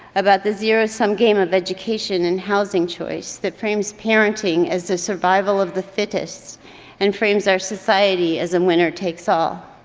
about the zero-sum game of education and housing choice that frames parenting as a survival of the fittest and frames our society as a winner-takes-all.